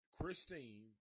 Christine